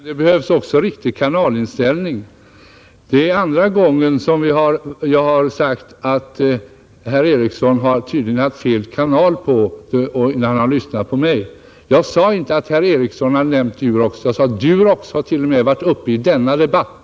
Herr talman! Ja, karta och kompass behövs, men det behövs också en riktig kanalinställning. Det är nu andra gången som jag fått påpeka att herr Ericsson i Åtvidaberg tydligen har haft fel kanal inställd när han lyssnat på mig. Jag sade inte att herr Ericsson hade nämnt Durox — jag sade att t.o.m. Durox har varit uppe i denna debatt.